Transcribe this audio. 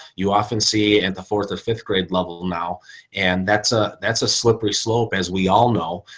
you often see and the fourth or fifth grade level now and that's a, that's a slippery slope. as we all know,